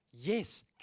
Yes